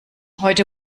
heute